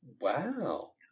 Wow